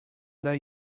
that